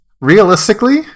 Realistically